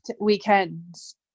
weekends